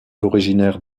originaire